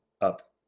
up